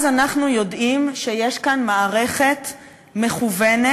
אז אנחנו יודעים שיש כאן מערכת מכוונת,